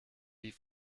die